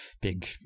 big